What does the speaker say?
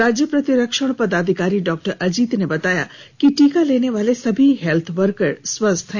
राज्य प्रतिरक्षण पदाधिकारी डॉ अजीत ने बताया कि टीका लेने वाले सभी हेल्थ वर्कर स्वस्थ हैं